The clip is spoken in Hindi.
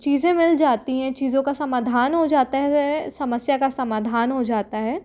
चीज़ें मिल जाती हैं चीज़ों का समाधान हो जाता है समस्या का समाधान हो जाता है